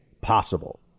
possible